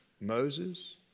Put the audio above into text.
Moses